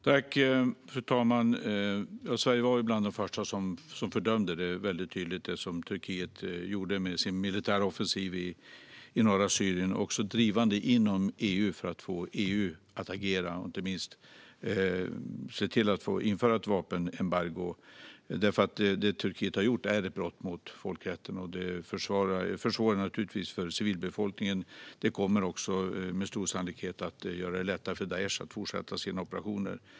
Fru talman! Sverige var ju bland de första som tydligt fördömde det som Turkiet gjorde med sin militära offensiv i norra Syrien. Vi är drivande inom EU för att få EU att agera, inte minst genom att införa ett vapenembargo, eftersom det Turkiet har gjort är ett brott mot folkrätten. Det försvårar naturligtvis för civilbefolkningen, och det kommer med stor sannolikhet att göra det lättare för Daish att fortsätta sina operationer.